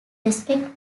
respect